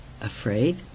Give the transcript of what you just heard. Afraid